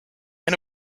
and